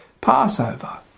Passover